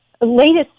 latest